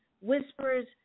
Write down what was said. whispers